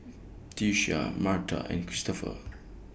Tisha Marta and Christoper